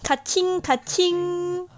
kaching kaching